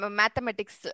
mathematics